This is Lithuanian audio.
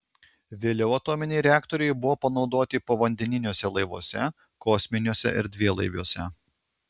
vėliau atominiai reaktoriai buvo panaudoti povandeniniuose laivuose kosminiuose erdvėlaiviuose